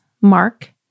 Mark